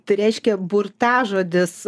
tai reiškia burtažodis